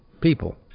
people